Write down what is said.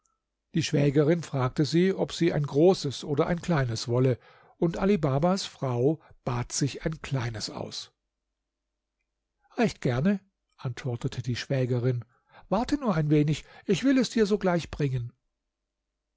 die schwägerin fragte sie ob sei ein großes oder ein kleines wolle und ali babas frau bat sich ein kleines aus recht gerne antwortete die schwägerin warte nur ein wenig ich will es dir sogleich bringen